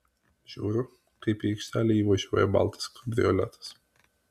žiūriu kaip į aikštelę įvažiuoja baltas kabrioletas